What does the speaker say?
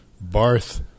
Barth